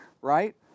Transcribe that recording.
right